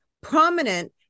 prominent